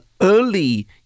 early